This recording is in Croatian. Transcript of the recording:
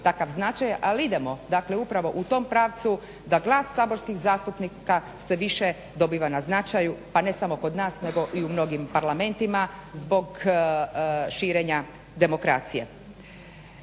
ali idemo dakle upravo u tom pravcu da glas saborskih zastupnika se više dobiva na značaju pa ne samo kod nas nego i u mnogim parlamentima zbog širenja demokracije.